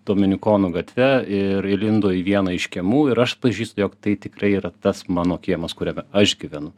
dominikonų gatve ir įlindo į vieną iš kiemų ir aš atpažįstu jog tai tikrai yra tas mano kiemas kuriame aš gyvenu